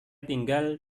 tinggal